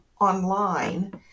online